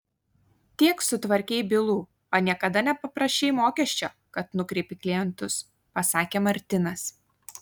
tiek sutvarkei bylų o niekada nepaprašei mokesčio kad nukreipi klientus pasakė martinas